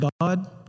God